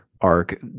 arc